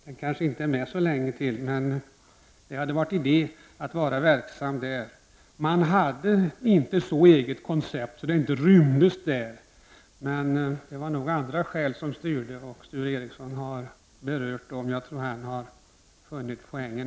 Den kanske inte är med så länge till. Men det hade varit idé att vara verksam där. Man hade inte så eget koncept att detta inte rymts där. Men det var nog andra skäl som styrde, och Sture Ericson har berört dem. Jag tror att han har funnit poängen.